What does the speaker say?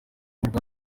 rwanda